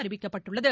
அறிவிக்கப்பட்டுள்ளது